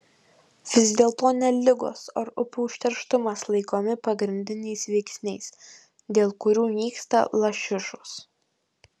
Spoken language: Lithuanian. vis dėlto ne ligos ar upių užterštumas laikomi pagrindiniais veiksniais dėl kurių nyksta lašišos